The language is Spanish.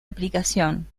aplicación